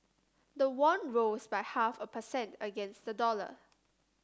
the won rose by half a per cent against the dollar